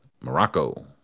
Morocco